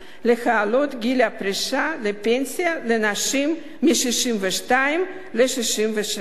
העלאת גיל הפרישה לפנסיה לנשים מ-62 ל-67 שנה.